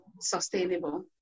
sustainable